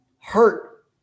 hurt